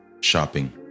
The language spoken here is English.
shopping